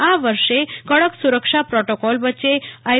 આ વર્ષે કડક સુરક્ષા પ્રોટોકોલ વચ્ચે આઈ